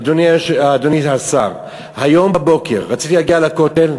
אדוני השר, היום בבוקר רציתי להגיע לכותל,